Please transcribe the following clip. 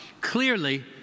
Clearly